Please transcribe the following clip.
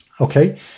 okay